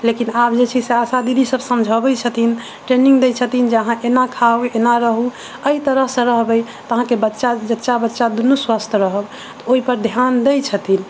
लेकिन आब जे छै से आशा दीदी सब समझबै छथिन ट्रेनिंग दै छथिन जे अहाँ एना खाउ एना रहू एहि तरह से रहबै तऽ अहाँके बच्चा जच्चा बच्चा दुनू स्वस्थ रहब ओहि पर ध्यान दै छथिन